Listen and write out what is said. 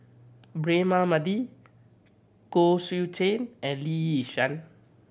Braema Mathi Koh Seow Chuan and Lee Yi Shyan